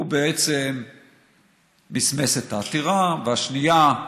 הוא בעצם מסמס את העתירה, והשנייה,